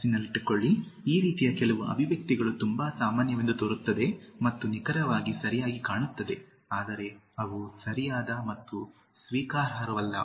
ಮನಸ್ಸಿನಲ್ಲಿಟ್ಟುಕೊಳ್ಳಿ ಈ ರೀತಿಯ ಕೆಲವು ಅಭಿವ್ಯಕ್ತಿಗಳು ತುಂಬಾ ಸಾಮಾನ್ಯವೆಂದು ತೋರುತ್ತದೆ ಮತ್ತು ನಿಖರವಾಗಿ ಸರಿಯಾಗಿ ಕಾಣುತ್ತದೆ ಆದರೆ ಅವು ಸರಿಯಾದ ಮತ್ತು ಸ್ವೀಕಾರಾರ್ಹವಲ್ಲ